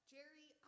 Jerry